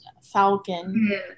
Falcon